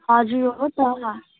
हजुर हो त